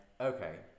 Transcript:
Okay